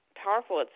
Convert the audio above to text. powerful